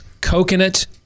Coconut